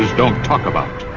don't talk about.